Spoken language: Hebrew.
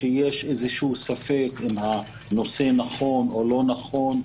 כשיש ספק אם הנושא נכון או לא נכון,